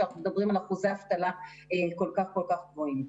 שאנחנו מדברים על אחוזי אבטלה כל כך כל כך גבוהים.